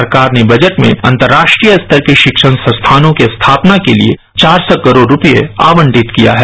सरकार ने बजट में अंतर्राष्ट्रीय स्तर के शिक्षण संस्थानों के स्थापना के लिए चार सौ करोड़ रुपये आवंटित किया है